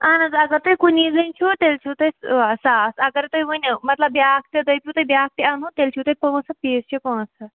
اہن حظ اگر تُہۍ کُنی زٔنۍ چھُو تیٚلہِ چھُو تۄہہِ ساس اگرَے تُہۍ وۄنۍ مطلب بیٛاکھ تہِ دٔپِو تُہۍ بیٛاکھ تہِ اَنہون تیٚلہِ چھُو تۄہہِ پانٛژھ ہَتھ بیٚیِس چھِ پانٛژھ ہَتھ